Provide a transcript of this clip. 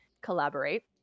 collaborate